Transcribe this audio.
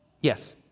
Yes